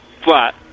Flat